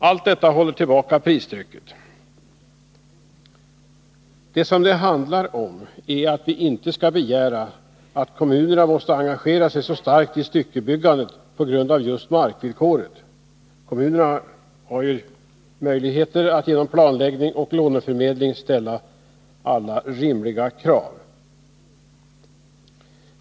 Allt detta håller tillbaka pristrycket. Det som det handlar om är att vi inte skall begära att kommunerna måste engagera sig så starkt i styckebyggandet på grund av just markvillkoret. Kommunerna har ju möjligheter att genom planläggning och låneförmedling ställa alla rimliga krav.